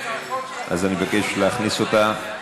אז אני מבקש להכניס אותה.